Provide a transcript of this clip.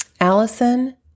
Allison